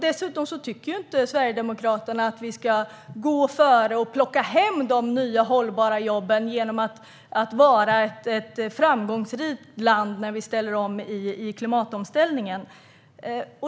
Dessutom tycker inte Sverigedemokraterna att vi ska gå före och plocka hem de nya hållbara jobben genom att vara ett framgångsrikt land i klimatomställningen.